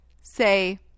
Say